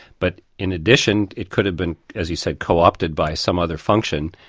but in addition it could have been, as you said, co-opted by some other function,